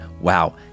Wow